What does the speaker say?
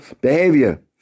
behavior